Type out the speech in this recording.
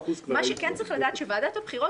מה שכן צריך לדעת הוא שוועדת הבחירות